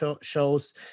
shows